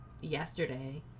yesterday